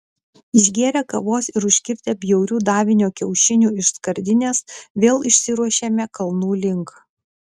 išgėrę kavos ir užkirtę bjaurių davinio kiaušinių iš skardinės vėl išsiruošėme kalnų link